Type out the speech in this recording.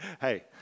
hey